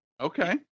Okay